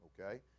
okay